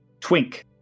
twink